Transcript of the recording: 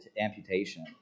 amputation